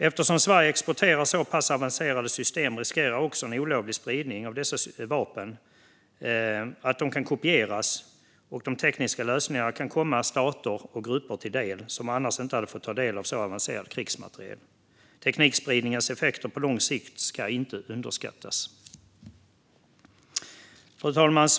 Eftersom Sverige exporterar så pass avancerade system riskerar också en olovlig spridning av dessa vapen att göra att de kan kopieras så att de tekniska lösningarna kommer stater och grupper till del som annars inte hade fått ta del av så avancerad krigsmateriel. Teknikspridningens effekter på lång sikt ska inte underskattas. Fru talman!